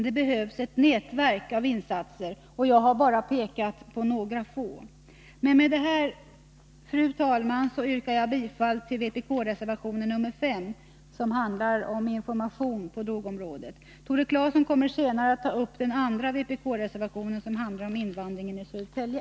Det behövs ett nätverk av insatser, och jag har bara pekat på några få. Med detta, fru talman, yrkar jag bifall till vpk-reservation 5, som handlar om information på drogområdet. Tore Claeson kommer senare att ta upp den andra vpk-reservationen, som handlar om invandringen i Södertälje.